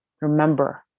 Remember